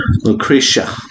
Lucretia